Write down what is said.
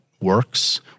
works